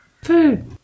Food